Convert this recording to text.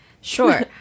Sure